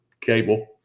cable